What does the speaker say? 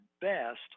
best